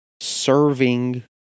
serving